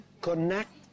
connect